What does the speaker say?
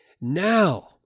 Now